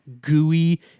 gooey